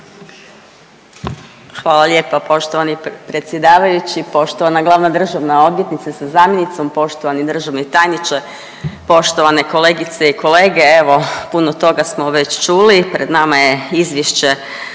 Hvala lijepo poštovani predsjedavajući. Poštovana glavna državna odvjetnice sa zamjenicom, poštovani državni tajniče, poštovani kolegice i kolege. Evo, puno toga smo već čuli, pred nama je Izvješće